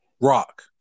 rock